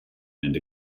and